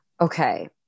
Okay